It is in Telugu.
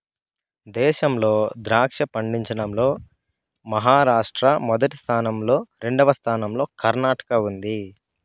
దేశంలో ద్రాక్ష పండించడం లో మహారాష్ట్ర మొదటి స్థానం లో, రెండవ స్థానం లో కర్ణాటక ఉంది